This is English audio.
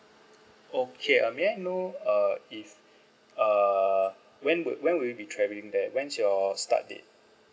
okay uh may I know uh if uh when will when will you be travelling there when's your start date